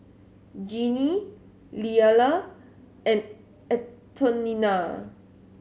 Jeannie Lillia and Antonina